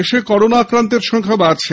দেশে করোনা আক্রান্তের সংখ্যা বাড়ছে